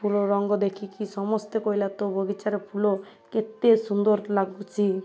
ଫୁଲ ରଙ୍ଗ ଦେଖିକି ସମସ୍ତେ କହିଲା ତୋ ବଗିଚାରେ ଫୁଲ କେତେ ସୁନ୍ଦର ଲାଗୁଛି